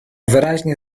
wyraźnie